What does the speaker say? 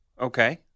Okay